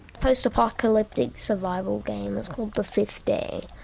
post-apocalyptic survival game, it's called the fifth day.